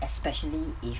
especially if